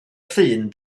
llun